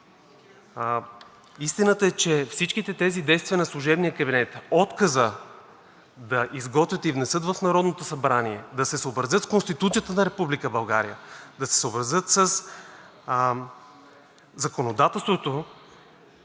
Истината е, че всичките тези действия на служебния кабинет – отказът да го изготвят и внесат в Народното събрание, да се съобразят с Конституцията на Република България, да се съобразят със законодателството,